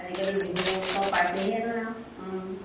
আজিকালি বিহু চব পাইছেহিয়ে নহয় আৰু